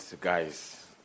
guys